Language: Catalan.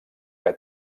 que